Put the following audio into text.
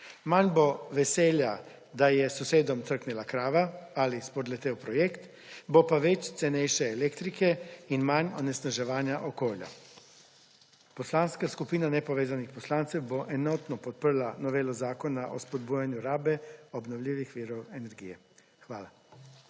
Manj bo veselja, da je sosedom crknila krava ali spodletel projekt, bo pa več cenejše elektrike in manj onesnaževanja okolja. Poslanska skupina Nepovezanih poslancev bo enotno podprla novelo zakona o spodbujanju rabe obnovljivih virov energije. Hvala.